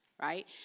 Right